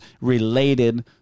related